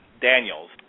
Daniels